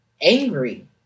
angry